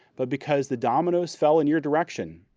but because the dominoes fell in your direction,